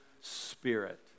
Spirit